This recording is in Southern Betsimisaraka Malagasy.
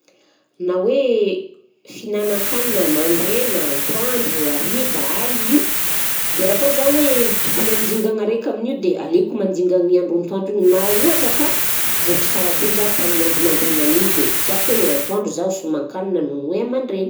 Na hoe fihinanan-kanina mandraina, antoandro, hariva, alina io dia raha koa zaho hoe tokony handingana raiky amin'io dia aleoko mandingagna ny andro antoandro na ohatra ka voky sara be zaho tamin'ny andro mandraignan'iny dia tiako hoe antoandro zaho sy homan-kanina noho ny hoe amin'ny mandraina